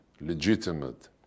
legitimate